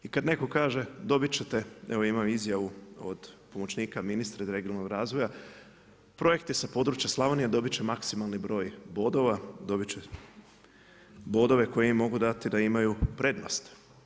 I kad netko kaže, dobiti ćete, evo imam izjavu od pomoćnika ministra regionalnog razvoja, projekti sa područja Slavonije, dobiti će maksimalni broj bodova, dobiti će bodove koji im mogu dati da imaju prednost.